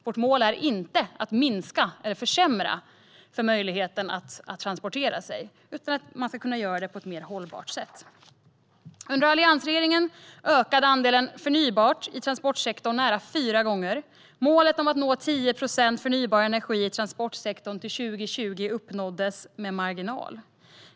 Vårt mål är inte att minska eller försämra möjligheten att transportera sig, utan det ska kunna göras på ett mer hållbart sätt. Under alliansregeringen ökade andelen förnybart i transportsektorn nära fyra gånger, och målet om att nå 10 procent förnybar energi i transportsektorn till 2020 uppnåddes med marginal.